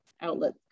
outlet